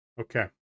Okay